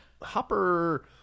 Hopper